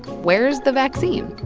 where's the vaccine?